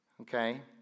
Okay